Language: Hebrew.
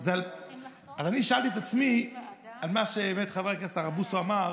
אז אני שאלתי את עצמי על מה שחבר הכנסת הרב בוסו אמר: